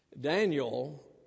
Daniel